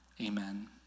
amen